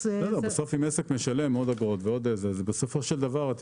עסק משלם עוד, בסופו של דבר זה